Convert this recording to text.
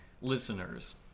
listeners